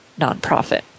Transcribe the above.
nonprofit